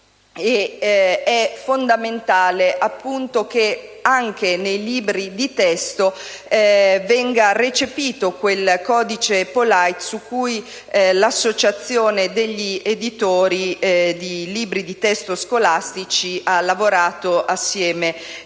È fondamentale che anche nei libri di testo venga recepito quel codice POLITE su cui l'associazione degli editori di libri di testo scolastici ha lavorato assieme